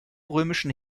römischen